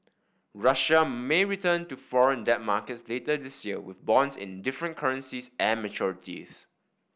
Russia may return to foreign debt markets later this year with bonds in different currencies and maturities